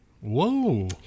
whoa